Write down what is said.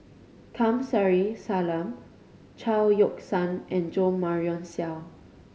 Kamsari Salam Chao Yoke San and Jo Marion Seow